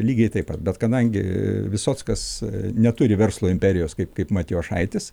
lygiai taip pat bet kadangi visockas neturi verslo imperijos kaip kaip matijošaitis